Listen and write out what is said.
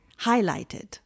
highlighted